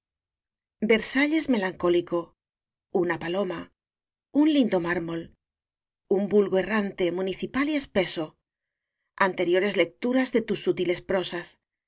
versalles melancólico una paloma un lindo lmármol un vulgo errante municipal y espeso anteriores lecturas de tus sutiles prosas